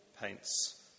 paints